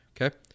Okay